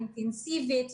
אינטנסיבית,